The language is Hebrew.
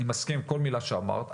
אני מסכים עם כל מילה שאמרת.